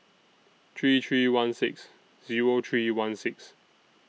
three three one six Zero three one six